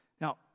Now